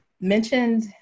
mentioned